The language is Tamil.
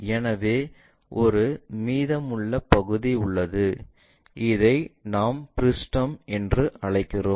எனவே ஒரு மீதமுள்ள பகுதி உள்ளது இதை நாம் பிருஷ்டம் என்று அழைக்கிறோம்